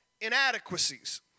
inadequacies